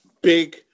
big